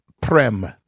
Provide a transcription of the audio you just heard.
Prem